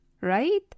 right